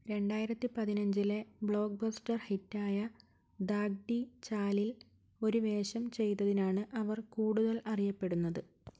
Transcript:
രണ്ടായിരത്തിപ്പതിനഞ്ചിലെ blockbuster hit ആയ ദാഗ്ഡി ചാലിൽ ഒരു വേഷം ചെയ്തതിനാണ് അവർ കൂടുതൽ അറിയപ്പെടുന്നത്